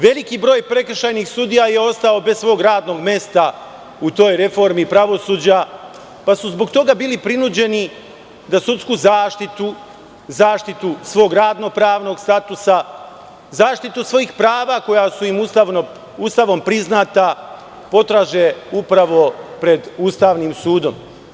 Veliki broj prekršajnih sudija je ostao bez svog radnog mesta u toj reformi pravosuđa, pa su zbog toga bili prinuđeni da sudsku zaštitu, zaštitu svog radno-pravnog statusa, zaštitu svog prava koja su im Ustavom priznata, potraže upravo pred Ustavnim sudom.